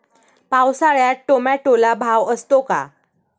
पावसाळ्यात टोमॅटोला भाव असतो का?